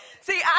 See